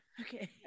Okay